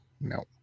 no